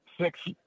six